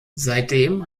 seitdem